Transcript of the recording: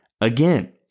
again